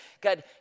God